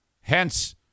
Hence